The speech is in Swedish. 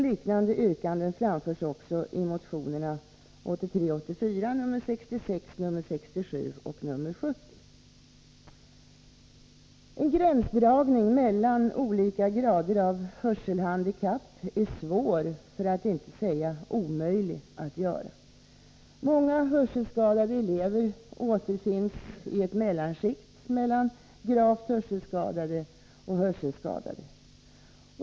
Liknande yrkanden framförs också i motionerna 1983/84:66, 67 och 70. En gränsdragning mellan olika grader av hörselhandikapp är svår för att inte säga omöjlig att göra. Många hörselskadade elever återfinns i ett mellanskikt mellan gravt hörselskadade och hörselskadade.